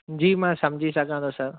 जी मां सम्झी सघां थो सर